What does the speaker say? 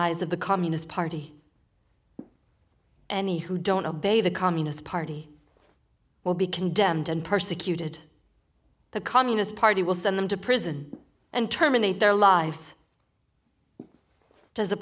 eyes of the communist party any who don't obey the communist party will be condemned and persecuted the communist party will send them to prison and terminate their li